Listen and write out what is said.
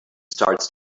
starts